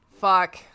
fuck